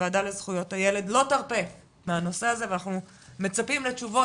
הוועדה לזכויות הילד לא תרפה מהנושא הזה ואנחנו מצפים לתשובות